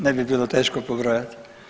Ne bi bilo teško pobrojat.